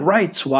Rights